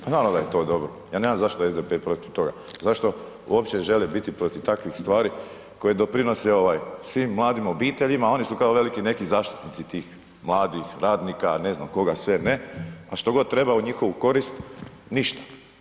Pa naravno da je to dobro, ja ne znam zašto je SDP proti toga, zašto uopće žele biti protiv takvih stvari koje doprinose ovaj svim mladim obiteljima, a oni su kao veliki neki zaštitnici tih mladih radnika ne znam koga sve ne, a što god treba u njihovu korist, ništa.